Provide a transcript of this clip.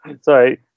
sorry